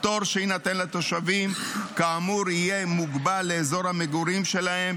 הפטור שיינתן לתושבים כאמור יהיה מוגבל לאזור המגורים שלהם,